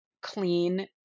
clean